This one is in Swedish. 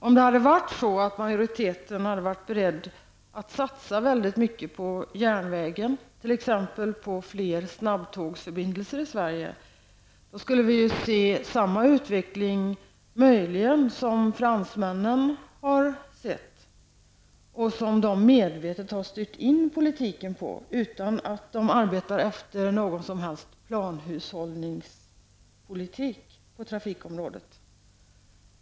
Om majoriteten hade varit beredd att satsa väldigt mycket på järnvägen i Sverige, t.ex. på fler snabbtågsförbindelser, skulle vi kanske få samma utveckling som fransmännen har kunnat notera -- en utveckling som fransmännen medvetet har styrt in sig på utan att för den skull arbeta utifrån en planhushållningspolitik på trafikområdet.